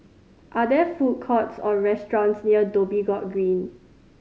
are there food courts or restaurants near Dhoby Ghaut Green